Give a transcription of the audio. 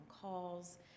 calls